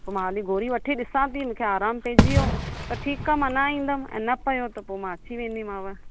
पोइ मां हाली गोरी वठी ॾिसां थी मूंखे आराम पइजी वियो त ठीकु आहे मां न ईंदमि ऐं न पियो त पोइ मां अची वेंदीमाव ठीकु